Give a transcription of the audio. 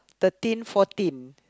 thirteen fourteen